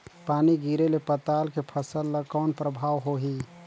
पानी गिरे ले पताल के फसल ल कौन प्रभाव होही?